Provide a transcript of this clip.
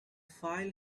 file